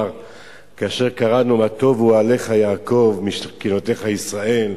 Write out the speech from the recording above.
כאשר קראנו: מה טובו אוהליך יעקב משכנותיך ישראל,